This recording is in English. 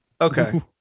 Okay